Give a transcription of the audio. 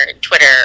Twitter